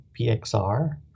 PXR